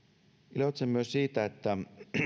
iloitsen myös siitä että